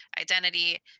identity